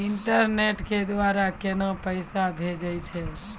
Internet के द्वारा केना पैसा भेजय छै?